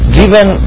given